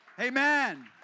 Amen